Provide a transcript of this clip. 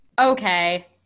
Okay